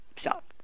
stop